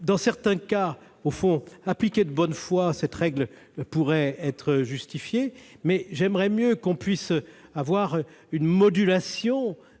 dans certains cas au fond appliqué de bonne foi, cette règle pourrait être justifié mais j'aimerais mieux qu'on puisse avoir une modulation